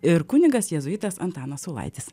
ir kunigas jėzuitas antanas saulaitis